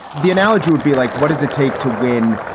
the analogy would be like, what does it take to win?